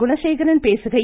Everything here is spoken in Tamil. குணசேகரன் பேசுகையில்